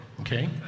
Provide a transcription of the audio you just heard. okay